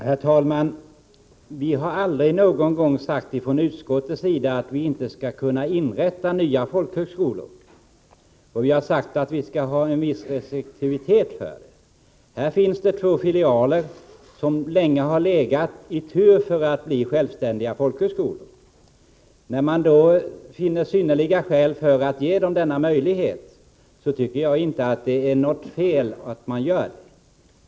Herr talman! Vi har aldrig någon gång sagt från utskottets sida att det inte skall kunna inrättas nya folkhögskolor. Däremot har vi sagt att det skall iakttas restriktivitet i den frågan. Här finns två filialer som länge har stått på tur för att bli självständiga folkhögskolor. När man då finner synnerliga skäl för att ge dem denna möjlighet, tycker jag inte att det är något fel att man gör det.